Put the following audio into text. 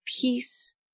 Peace